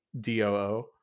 DOO